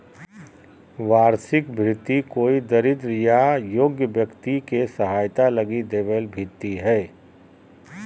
वार्षिक भृति कोई दरिद्र या योग्य व्यक्ति के सहायता लगी दैबल भित्ती हइ